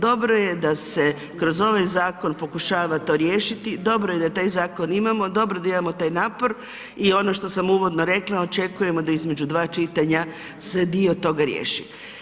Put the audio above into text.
Dobro je da se kroz ovaj zakon pokušava to riješiti, dobro je da taj zakon imamo, dobro da imamo taj napor i ono što sam uvodno rekla, očekujemo da između dva čitanja se dio toga riješi.